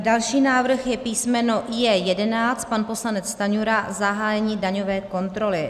Další návrh je písmeno J11, pan poslanec Stanjura, zahájení daňové kontroly.